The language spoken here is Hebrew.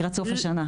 לקראת סוף השנה.